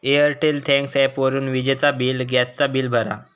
Airtel thanks ॲपवरून विजेचा bill, gas चा बिल भरा